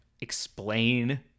explain